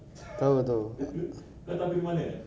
tahu tahu